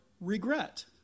regret